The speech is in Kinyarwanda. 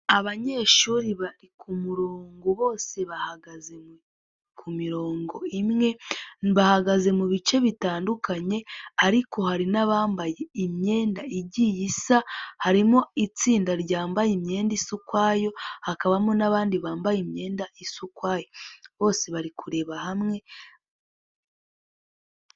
Abanyeshuri bari ku murongo bose bahagaze ku mirongo imwe bahagaze mu bice bitandukanye ariko hari n'abambaye imyenda igiye isa harimo itsinda ryambaye imyenda isa ukwayo hakabamo n'abandi bambaye imyenda isa ukwayo bose bari kureba hamwe.